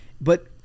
But-